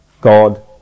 God